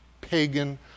pagan